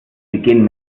begehen